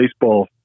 baseball